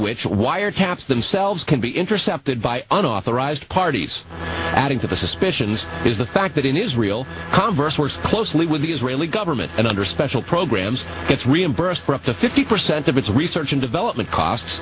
which wire taps themselves can be intercepted by unauthorized parties adding to the suspicions is the fact that in israel converse works closely with the israeli government and under special programs gets reimbursed for up to fifty percent of its research and development costs